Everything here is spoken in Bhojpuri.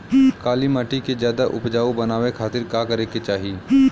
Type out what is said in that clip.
काली माटी के ज्यादा उपजाऊ बनावे खातिर का करे के चाही?